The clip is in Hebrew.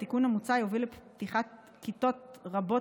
התיקון המוצע יוביל לפתיחת כיתות רבות